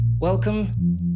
welcome